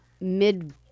mid –